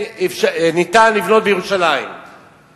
ש"ס, אנחנו נהפכנו להיות פה שק חבטות.